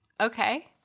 Okay